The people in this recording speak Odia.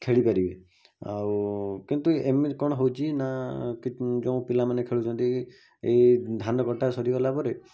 ଖେଳି ପାରିବେ ଆଉ କିନ୍ତୁ ଏମିତି କଣ ହେଉଛି ନା କି ଯୋଉ ପିଲାମାନେ ଖେଳୁଛନ୍ତି ଏଇ ଧାନ କଟା ସରିଗଲା ପରେ